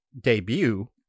debut